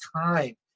time